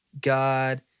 God